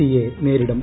സിയെ നേരിടും